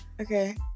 Okay